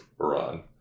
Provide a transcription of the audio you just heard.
Iran